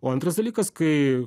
o antras dalykas kai